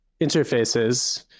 interfaces